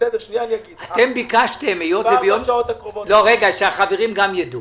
בסדר, שנייה --- אתם ביקשתם, השר ביקש ממני